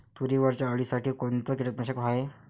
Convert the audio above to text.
तुरीवरच्या अळीसाठी कोनतं कीटकनाशक हाये?